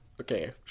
okay